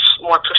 more